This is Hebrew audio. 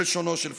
בלשונו של פוקו.